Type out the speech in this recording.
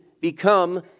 become